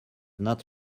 not